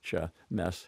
čia mes